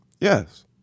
Yes